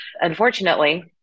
Unfortunately